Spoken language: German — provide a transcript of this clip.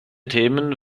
themen